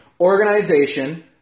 organization